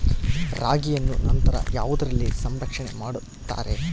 ರಾಗಿಯನ್ನು ನಂತರ ಯಾವುದರಲ್ಲಿ ಸಂರಕ್ಷಣೆ ಮಾಡುತ್ತಾರೆ?